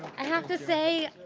i have to say,